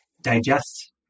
Digest